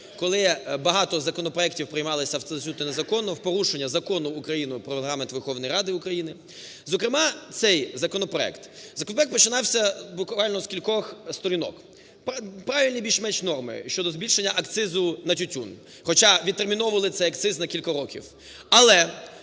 коли багато законопроектів приймалися абсолютно незаконно, у порушення Закону України "Про Регламент Верховної Ради України". Зокрема, цей законопроект, законопроект починався буквально з кількох сторінок, правильні більш-менш норми щодо збільшення акцизу на тютюн, хоча відтерміновували цей акциз на кілька років. Але